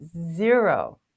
zero